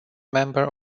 member